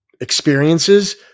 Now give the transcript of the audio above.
experiences